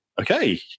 okay